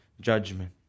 judgment